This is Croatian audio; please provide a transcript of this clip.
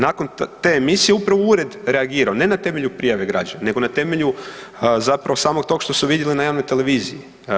Nakon te emisije, upravo je ured reagirao, ne na temelju prijave građana nego na temelju zapravo samo tog što su vidjeli na javnoj televiziji.